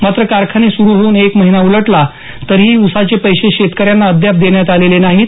मात्र कारखाने सुरू होऊन एक महिना उलटला तरीही उसाचे पैसे शेतकऱ्यांना अद्याप देण्यात आलेले नाहीत